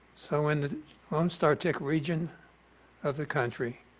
so in lone star tick region of the country,